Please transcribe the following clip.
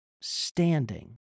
standing